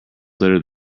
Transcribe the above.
littered